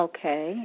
Okay